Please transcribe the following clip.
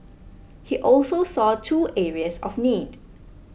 he also saw two areas of need